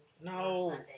No